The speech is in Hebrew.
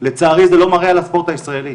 לצערי זה לא מראה על הספורט הישראלי.